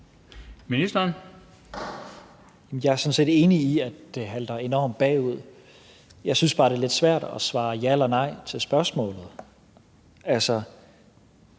Tesfaye): Jeg er sådan set enig i, at det halter enormt bagefter. Jeg synes bare, det er lidt svært at svare ja eller nej til spørgsmålet. Altså,